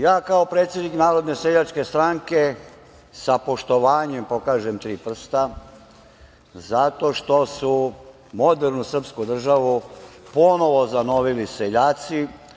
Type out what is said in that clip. Ja kao predsednik Narodne seljačke stranke sa poštovanjem pokažem tri prsta, zato što su modernu srpsku državu ponovo zanovili seljaci.